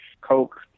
Coke